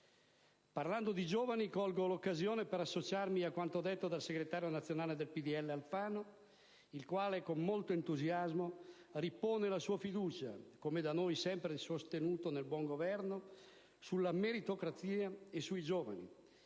Parlando di giovani, colgo l'occasione per associarmi a quanto detto dal segretario nazionale del PdL Alfano, il quale, con molto entusiasmo, ripone la sua fiducia, come da noi sempre sostenuto nel buongoverno, sulla meritocrazia e sui giovani,